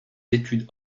études